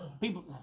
People